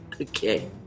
Okay